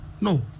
No